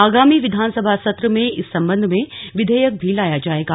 आगामी विधानसभा सत्र में इस सम्बंध में विधेयक भी लाया जाएगा